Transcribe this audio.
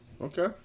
Okay